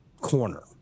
corner